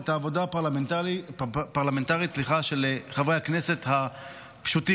את העבודה הפרלמנטרית של חברי הכנסת הפשוטים,